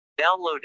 Download